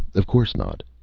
of course not.